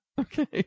Okay